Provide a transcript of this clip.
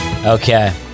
Okay